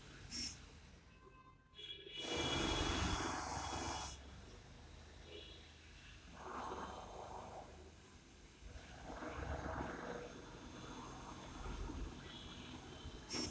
जाहि देशक जल संसाधन मजगूत रहतै ओकर ततबे विकास हेतै